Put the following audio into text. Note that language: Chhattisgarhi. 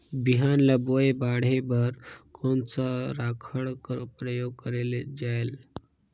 बिहान ल बोये बाढे बर कोन सा राखड कर प्रयोग करले जायेल?